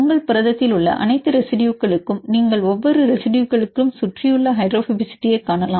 உங்கள் புரதத்தில் உள்ள அனைத்து ரெசிடுயுகளுக்கும் நீங்கள் ஒவ்வொரு ரெசிடுயுகளுக்கும் சுற்றியுள்ள ஹைட்ரோபோபசிட்டியைக் காணலாம்